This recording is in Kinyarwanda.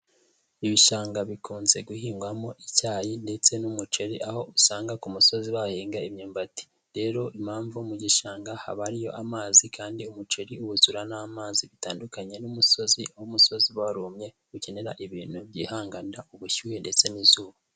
Ibishanga bikunze guhingwamo icyayi ndetse n'umuceri, aho usanga ku musozi bahahinga imyumbati, rero impamvu mu gishanga haba hariyo amazi kandi umuceri wuzura n'amazi bitandukanye n'umusozi, aho umusozi uba warumye ukenera ibintu byihanganira ubushyuhe ndetse n'izuba.